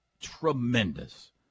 tremendous